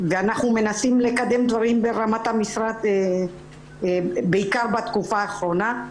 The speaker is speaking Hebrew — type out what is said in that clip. אנחנו מנסים לקדם דברים ברמת המשרד בעיקר בתקופה האחרונה.